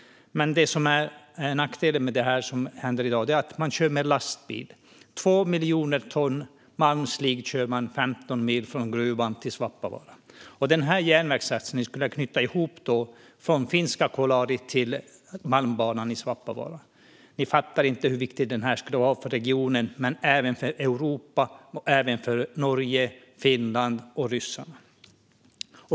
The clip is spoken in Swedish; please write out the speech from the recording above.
Nackdelen i dag är att man kör med lastbil - 2 miljoner ton malmslig körs 15 mil från gruvan till Svappavaara. En sådan här järnvägssatsning skulle knyta ihop Kolari i Finland med Malmbanan i Svappavaara. Ni fattar inte hur viktigt det skulle vara för regionen men även för Europa, Norge, Finland och Ryssland.